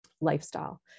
lifestyle